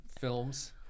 films